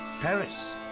Paris